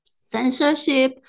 censorship